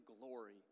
glory